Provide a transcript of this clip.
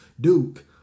Duke